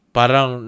parang